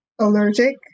allergic